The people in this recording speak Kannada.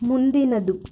ಮುಂದಿನದು